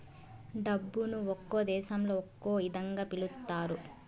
డబ్బును ఒక్కో దేశంలో ఒక్కో ఇదంగా పిలుత్తారు